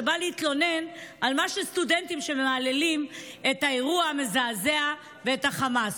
שבא להתלונן על סטודנטים שמהללים את האירוע המזעזע ואת חמאס.